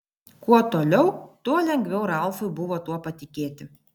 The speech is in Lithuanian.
kuo toliau tuo lengviau ralfui buvo tuo patikėti